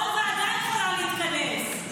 כל ועדה יכולה להתכנס.